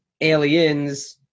Aliens